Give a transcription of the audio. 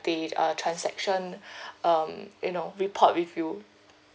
the uh transaction um you know report with you